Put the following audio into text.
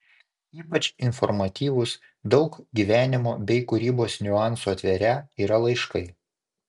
ypač informatyvūs daug gyvenimo bei kūrybos niuansų atverią yra laiškai